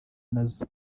nazo